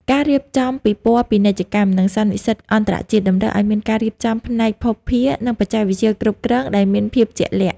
ការរៀបចំពិព័រណ៍ពាណិជ្ជកម្ម និងសន្និសីទអន្តរជាតិ តម្រូវឱ្យមានការរៀបចំផ្នែកភស្តុភារ និងបច្ចេកវិទ្យាគ្រប់គ្រងដែលមានភាពជាក់លាក់។